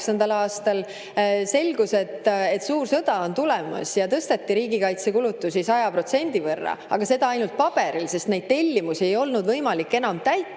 aastal selgus, et suur sõda on tulemas, ja tõsteti riigikaitsekulutusi 100% võrra, aga seda ainult paberil, sest neid tellimusi ei olnud võimalik enam täita,